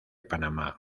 panamá